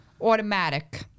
Automatic